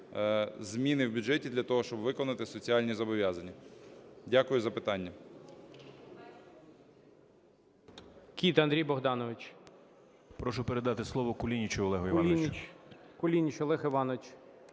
зміни в бюджеті для того, щоб виконати соціальні зобов'язання. Дякую за питання.